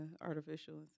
artificial